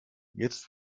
jetzt